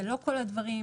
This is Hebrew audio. זה לא כל הדברים,